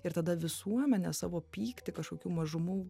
ir tada visuomenė savo pyktį kažkokių mažumų